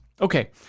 Okay